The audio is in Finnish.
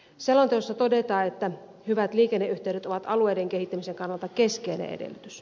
selonteossa todetaan että hyvät liikenneyh teydet ovat alueiden kehittämisen kannalta keskeinen edellytys